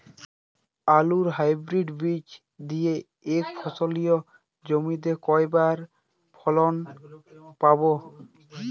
আলুর হাইব্রিড বীজ দিয়ে এক ফসলী জমিতে কয়বার ফলন পাব?